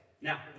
Now